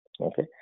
okay